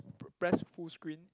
press full screen